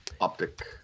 Optic